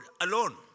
alone